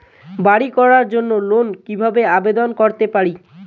বাড়ি করার জন্য লোন কিভাবে আবেদন করতে পারি?